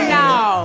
now